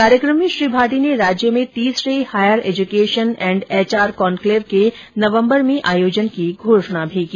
कार्यक्रम में श्री भाटी ने राज्य में तीसरे higher education and HR conclave के नवम्बर में आयोजन की घोषणा भी की